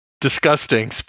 Disgusting